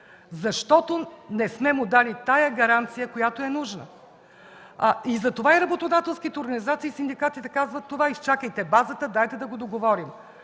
защото не сме му дали тази гаранция, която е нужна. Затова и работодателските организации, и синдикатите казват: „Изчакайте базата, дайте да го договорим”.